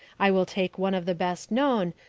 i will take one of the best known,